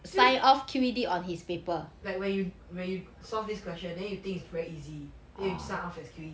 like when you when you solve this question then you think is very easy then you sign off as Q_E_D